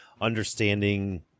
understanding